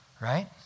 right